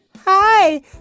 Hi